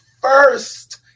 first